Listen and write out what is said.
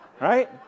Right